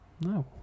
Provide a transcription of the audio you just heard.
No